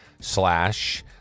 slash